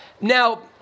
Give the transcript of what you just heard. Now